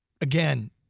Again